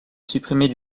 supprimée